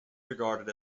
regarded